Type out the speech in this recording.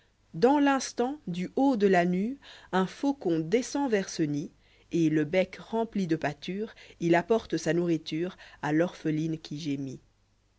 dans l'instant du haûi ide la nue lia fables un faucon descend vers ce nidet le bec rempli de pâture il apporte sa nourriture a l'orpheline qui gémit